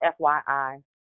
FYI